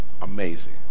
Amazing